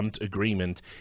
agreement